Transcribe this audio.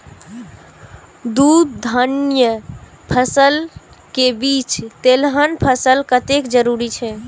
दू धान्य फसल के बीच तेलहन फसल कतेक जरूरी छे?